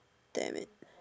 damn it